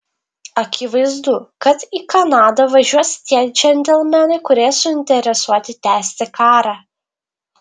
akivaizdu kad į kanadą važiuos tie džentelmenai kurie suinteresuoti tęsti karą